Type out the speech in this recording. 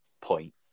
point